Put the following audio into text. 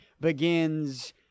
begins